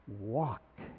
walk